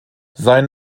sein